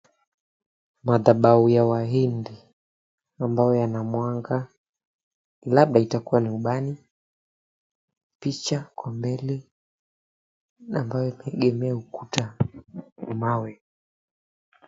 Madhabahu ya wahindi, ambayo yana mwanga labda itakuwa ni ubani, picha kwa mbele ambayo imeegemea ukuta wa mawe.